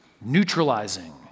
Neutralizing